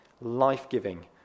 life-giving